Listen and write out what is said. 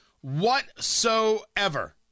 whatsoever